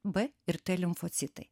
b ir t limfocitai